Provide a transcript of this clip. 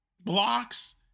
Blocks